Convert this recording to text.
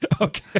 okay